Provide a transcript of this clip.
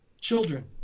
Children